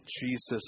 Jesus